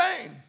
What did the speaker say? pain